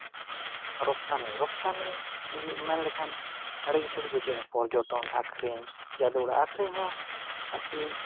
ᱨᱚᱯᱛᱟᱱᱤ ᱨᱚᱯᱛᱟᱱᱤ ᱢᱮᱱᱞᱮᱠᱷᱟᱱ ᱟᱹᱰᱤ ᱠᱤᱪᱷᱩ ᱜᱮ ᱵᱩᱡᱷᱟᱹᱜᱼᱟ ᱯᱚᱨᱡᱚᱴᱮᱱ ᱟᱠᱷᱨᱤᱧ ᱡᱟᱹᱫᱩ ᱚᱲᱟᱜ ᱟᱠᱷᱨᱤᱹ ᱦᱚᱸ ᱟᱨᱠᱤ